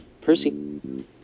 Percy